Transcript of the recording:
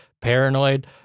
paranoid